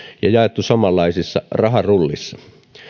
ja jaettu samanlaisissa raharullissa